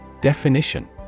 DEFINITION